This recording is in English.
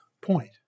point